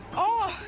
oh,